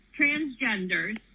transgenders